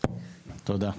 תודה.